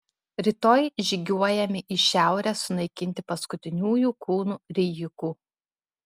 rytoj žygiuojame į šiaurę sunaikinti paskutiniųjų kūnų rijikų